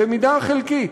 במידה חלקית,